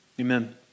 Amen